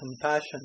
compassion